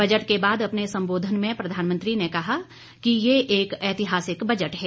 budget बाद अपने संबोधन में प्रधानमंत्री ने कहा कि यह एक ऐतिहासिक बजट है